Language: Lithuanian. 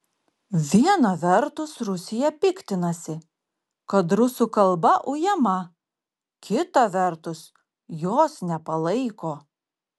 viena vertus rusija piktinasi kad rusų kalba ujama kita vertus jos nepalaiko